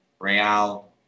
Real